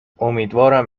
امیدوارم